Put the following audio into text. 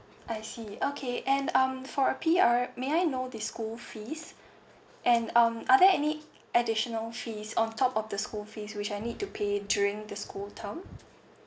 I see okay and um for a P_R may I know the school fees and um are there any additional fees on top of the school fees which I need to pay during the school term